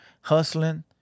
hustling